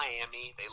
Miami